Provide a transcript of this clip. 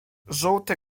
żółty